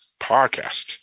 podcast